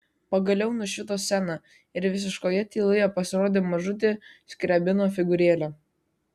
pagaliau nušvito scena ir visiškoje tyloje pasirodė mažutė skriabino figūrėlė